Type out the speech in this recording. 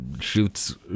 shoots